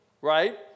right